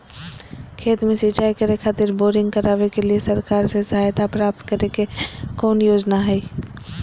खेत में सिंचाई करे खातिर बोरिंग करावे के लिए सरकार से सहायता प्राप्त करें के कौन योजना हय?